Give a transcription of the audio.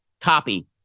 copy